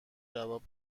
جواب